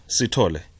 Sitole